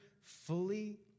fully